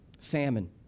Famine